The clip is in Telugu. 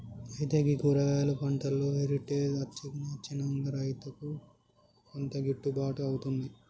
అయితే గీ కూరగాయలు పంటలో హెరిటేజ్ అచ్చినంక రైతుకు కొంత గిట్టుబాటు అవుతుంది